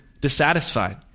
dissatisfied